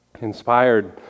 Inspired